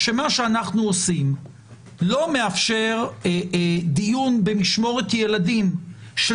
שמה שאנחנו עושים לא מאפשר דיון במשמורת ילדים של